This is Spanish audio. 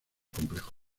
complejo